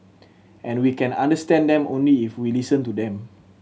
and we can understand them only if we listen to them